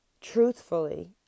truthfully